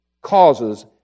Causes